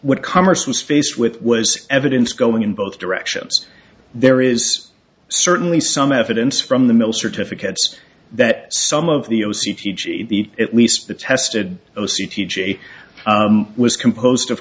what commerce was faced with was evidence going in both directions there is certainly some evidence from the mill certificates that some of the o c t g at least the tested o c t j was composed of